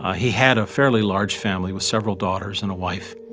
ah he had a fairly large family with several daughters and a wife.